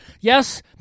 Yes